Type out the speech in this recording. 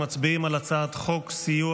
מצביעים על הצעת חוק הצעת חוק סיוע